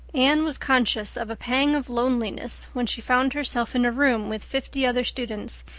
anne was conscious of a pang of loneliness when she found herself in a room with fifty other students,